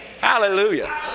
Hallelujah